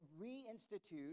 reinstitute